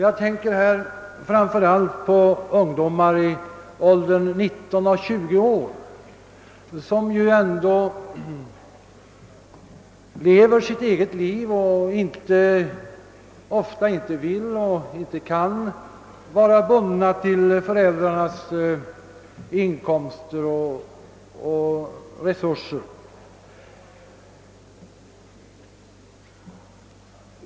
Jag tänker då framför allt på ungdomar i åldern 19 och 20 år, som ju lever sitt eget liv och ofta inte vill eller kan vara bundna till föräldrarnas inkomster och övriga resurser.